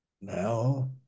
Now